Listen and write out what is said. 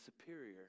superior